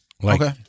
Okay